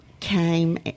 came